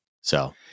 so-